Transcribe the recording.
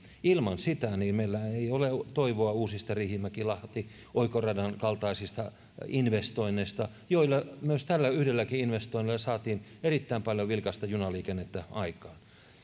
ilman sitä meillä ei ole toivoa uusista riihimäki lahti oikoradan kaltaisista investoinneista joilla myös tällä yhdelläkin investoinnilla saatiin erittäin paljon vilkasta junaliikennettä aikaan